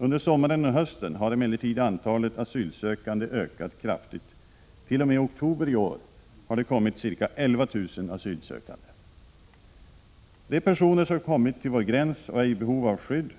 Under sommaren och hösten har emellertid antalet asylsökande ökat kraftigt. T.o.m. oktober i år har det kommit ca 11 000 asylsökande. De personer som kommer till vår gräns och är i behov av skydd